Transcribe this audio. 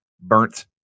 burnt